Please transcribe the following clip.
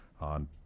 on